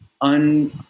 un-